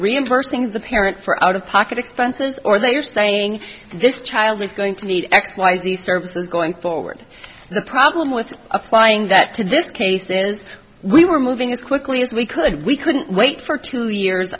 reimbursing the parent for out of pocket expenses or they are saying this child is going to need x y z services going forward the problem with applying that to this case is we were moving as quickly as we could we couldn't wait for two years